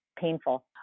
painful